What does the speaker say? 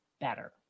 better